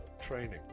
training